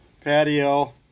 patio